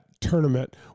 tournament